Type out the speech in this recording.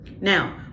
Now